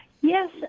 Yes